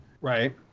right